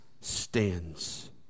stands